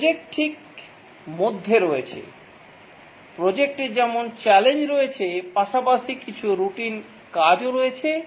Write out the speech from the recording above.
project ঠিক মধ্যে রয়েছে প্রজেক্ট এর যেমন চ্যালেঞ্জ রয়েছে পাশাপাশি কিছু রুটিন কাজও রয়েছে